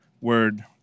Word